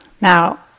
Now